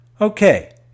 Okay